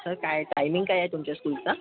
sir काय timing काय आहे तुमच्या स्कूलचा